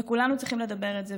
וכולנו צריכים לדבר את זה.